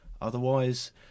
Otherwise